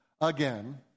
again